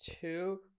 two